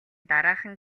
дараахан